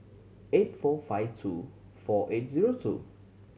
eight four five two four eight zero two